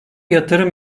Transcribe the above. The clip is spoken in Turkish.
yatırım